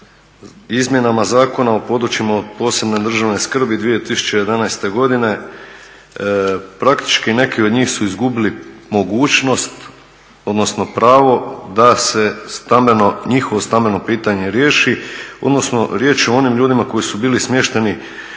izmjenama Zakona o područjima od posebne državne skrbi 2011. praktički neki od njih su izgubili mogućnost, odnosno pravo da se stambeno, njihovo stambeno pitanje riješi, odnosno riječ je o onim ljudima koji su bili smješteni